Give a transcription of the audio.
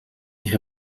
nicht